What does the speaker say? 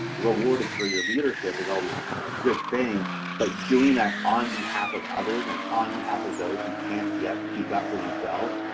rewarded for your leadership is always a good thing but doing that on behalf of others and on behalf of those who can't yet speak up for themselves,